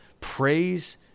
Praise